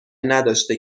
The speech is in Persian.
نداشته